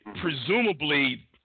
presumably